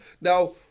Now